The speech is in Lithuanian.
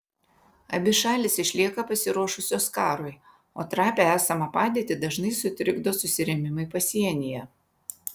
abi šalys išlieka pasiruošusios karui o trapią esamą padėtį dažnai sutrikdo susirėmimai pasienyje